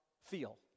feel